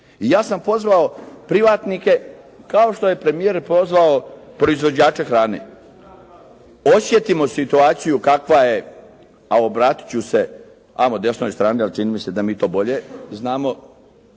ja sam pozvao privatnike kao što je premijer pozvao proizvođače hrane. Osjetimo situaciju kakva je a obratit ću se amo desnoj strani, ali čini mi se da mi to bolje znamo